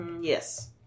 Yes